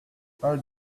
hold